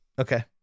Okay